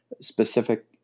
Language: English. specific